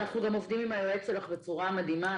אנחנו גם עובדים עם היועץ שלך בצורה מדהימה.